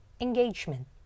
engagement